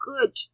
good